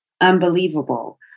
unbelievable